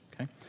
okay